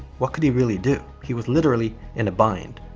what could he really do? he was literally in a bind.